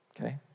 Okay